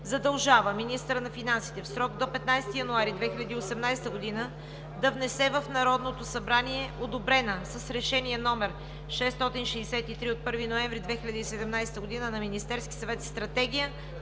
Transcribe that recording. Задължава министъра на финансите в срок до 15 януари 2018 г. да внесе в Народното събрание одобрена с Решение № 663 от 1 ноември 2017 г. на Министерския съвет Стратегия